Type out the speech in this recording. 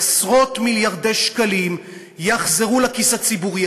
עשרות-מיליארדי שקלים יחזרו לכיס הציבורי,